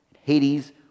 Hades